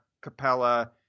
capella